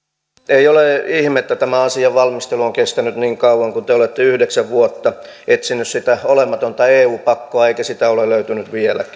ei ole ihme että tämä asian valmistelu on kestänyt niin kauan kun te olette yhdeksän vuotta etsinyt sitä olematonta eu pakkoa eikä sitä ole löytynyt